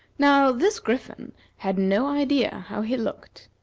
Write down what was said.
now, this griffin had no idea how he looked.